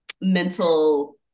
mental